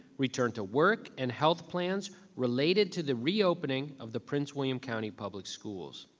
return to work, and health plans related to the reopening of the prince william county public schools.